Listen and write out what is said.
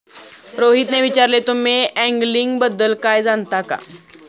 रोहितने विचारले, तुम्ही अँगलिंग बद्दल काही जाणता का?